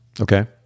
Okay